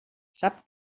sap